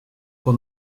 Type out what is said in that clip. pour